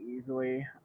easily